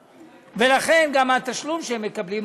ולכן גם התשלום שהם מקבלים,